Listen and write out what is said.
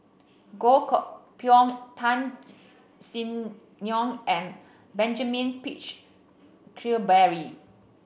Goh Koh Pui Tan Sin Aun and Benjamin Peach Keasberry